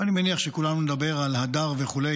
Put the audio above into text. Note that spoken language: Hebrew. ואני מניח שכולנו נדבר על הדר וכו'.